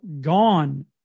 gone